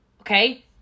okay